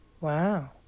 Wow